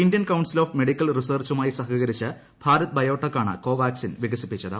Indian council of medical റിസർച്ചുമായി സഹകരിച്ച് ഭാരത് ബയോടെക്കാണ് കോവ്വാക്സിൻ വികസിപ്പിച്ചത്